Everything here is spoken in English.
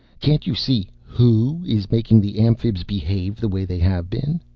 can't you see who is making the amphibs behave the way they have been?